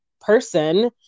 person